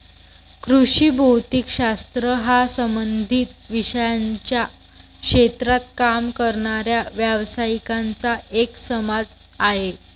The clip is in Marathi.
कृषी भौतिक शास्त्र हा संबंधित विषयांच्या क्षेत्रात काम करणाऱ्या व्यावसायिकांचा एक समाज आहे